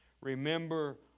remember